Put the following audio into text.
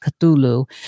Cthulhu